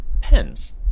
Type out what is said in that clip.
pens